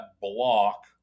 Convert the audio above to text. block